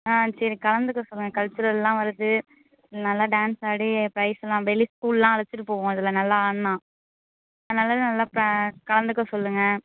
ஆ சரி கலந்துக்க சொல்லுங்கள் கல்ச்சுரெல்லாம் வருது நல்லா டான்ஸ் ஆடி ப்ரைஸெல்லாம் வெளி ஸ்கூல்ல்லாம் அழைச்சிட்டுப் போவோம் இதில் நல்லா ஆடினா அதனால் நல்லா இப்போ கலந்துக்க சொல்லுங்கள்